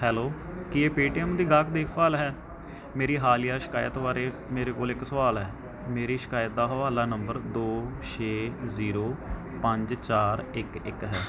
hello ਕੀ ਇਹ Paytm ਦੀ ਗਾਹਕ ਦੇਖਭਾਲ ਹੈ ਮੇਰੀ ਹਾਲੀਆ ਸ਼ਿਕਾਇਤ ਬਾਰੇ ਮੇਰੇ ਕੋਲ ਇੱਕ ਸਵਾਲ ਹੈ ਮੇਰੀ ਸ਼ਿਕਾਇਤ ਦਾ ਹਵਾਲਾ ਨੰਬਰ ਦੋ ਛੇ ਜ਼ੀਰੋ ਪੰਜ ਚਾਰ ਇੱਕ ਇੱਕ ਹੈ